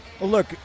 Look